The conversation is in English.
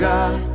God